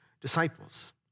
Disciples